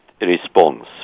response